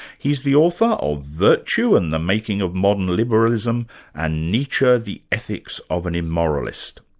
he's the author of virtue and the making of modern liberalism and nietzsche the ethics of an immoralist.